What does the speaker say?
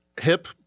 Hip